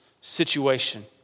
situation